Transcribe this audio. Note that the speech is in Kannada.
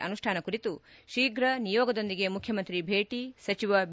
ಅನುಷ್ಠಾನ ಕುರಿತು ಶೀಘ್ರ ನಿಯೋಗದೊಂದಿಗೆ ಮುಖ್ಯಮಂತ್ರಿ ಭೇಟಿ ಸಚಿವ ಬಿ